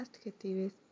adjectives